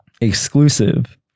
Exclusive